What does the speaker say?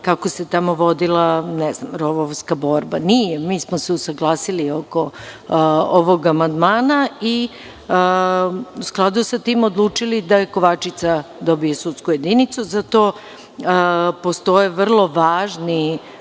kako se tamo vodila rovovska borba. Nije. Mi smo se usaglasili oko ovog amandmana i u skladu sa tim odlučili da Kovačica dobije sudsku jedinicu. Za to postoje vrlo važni